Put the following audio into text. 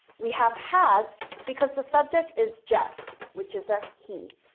we have has because the subject is jeff which is ah he.